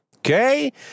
Okay